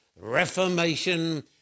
reformation